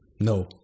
No